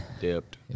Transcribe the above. Dipped